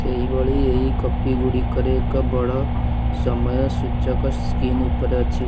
ସେହିଭଳି ଏହି କପିଗୁଡ଼ିକରେ ଏକ ବଡ଼ ସମୟ ସୂଚକ ସ୍କ୍ରିନ୍ ଉପରେ ଅଛି